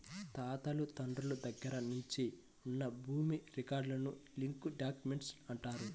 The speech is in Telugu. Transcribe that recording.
తాతలు తండ్రుల దగ్గర నుంచి ఉన్న భూమి రికార్డులను లింక్ డాక్యుమెంట్లు అంటారు